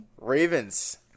Ravens